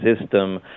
system